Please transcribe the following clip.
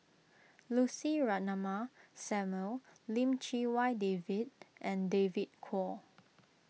Lucy Ratnammah Samuel Lim Chee Wai David and David Kwo